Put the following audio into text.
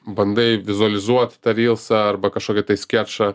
bandai vizualizuot tą relsą arba kažkokį tai skečą